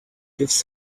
gives